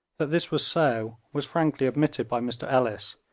that this was so was frankly admitted by mr ellis,